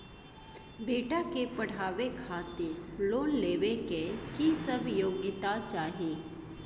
बेटा के पढाबै खातिर लोन लेबै के की सब योग्यता चाही?